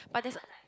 but there's a